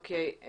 אוקיי.